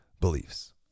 beliefs